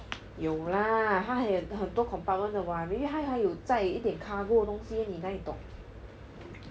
有 lah 它还有很多 compartment 的 what maybe 它还有载一点 cargo 的东西你哪里懂